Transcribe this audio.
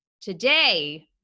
today